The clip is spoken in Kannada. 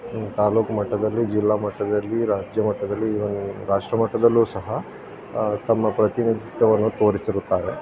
ತಾಲೂಕು ಮಟ್ಟದಲ್ಲಿ ಜಿಲ್ಲಾ ಮಟ್ಟದಲ್ಲಿ ರಾಜ್ಯ ಮಟ್ಟದಲ್ಲಿ ಈವನ್ ರಾಷ್ಟ್ರಮಟ್ಟದಲ್ಲೂ ಸಹ ತಮ್ಮ ಪ್ರಾತಿನಿಧ್ಯವನ್ನು ತೋರಿಸಿರುತ್ತಾರೆ